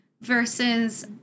versus